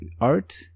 art